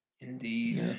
Indeed